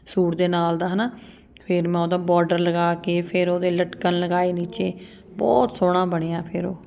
suit ਦੇ ਨਾਲ ਦਾ ਹੈ ਨਾ ਫਿਰ ਮੈਂ ਉਹਦਾ ਬਾਰਡਰ ਲਗਾ ਕੇ ਫਿਰ ਉਹਦੇ ਲਟਕਣ ਲਗਾਏ ਨੀਚੇ ਬਹੁਤ ਸੋਹਣਾ ਬਣਿਆ ਫਿਰ ਉਹ